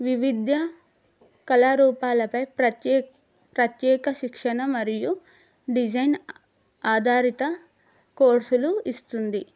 వివిద్య కళారూపాలపై ప్రత్యేక శిక్షణ మరియు డిజైన్ ఆధారిత కోర్సులు ఇస్తుంది